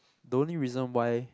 the only reason why